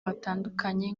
batandukanye